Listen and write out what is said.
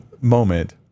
moment